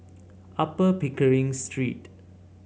Upper Pickering Street